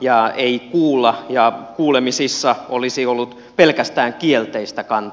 ja ei kuulla ja kuulemisissa olisi ollut pelkästään kielteistä kantaa